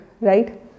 right